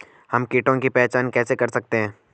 हम कीटों की पहचान कैसे कर सकते हैं?